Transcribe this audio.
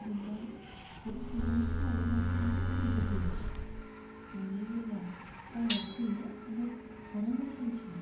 जेनेबा भट बिनाय समावल' नोंसोर मानो गोदै गोदै ओमफाय जेला पावाराव फैयो ओमफाय मानो नायसन फिना